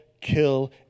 kill